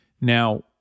Now